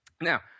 Now